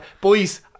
boys